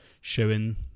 showing